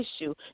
issue